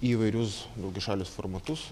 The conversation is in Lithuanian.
į įvairius daugiašalius formatus